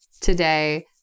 today